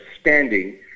standing